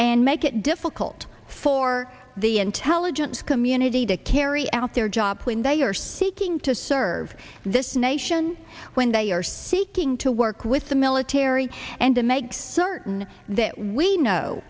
and make it difficult for the intelligence community to carry out their job when they are seeking to serve this nation when they are seeking to work with the military and to make certain that we know